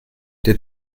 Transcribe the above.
der